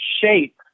shape